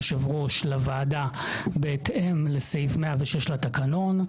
לפי סעיף 106 לתקנון,